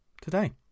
today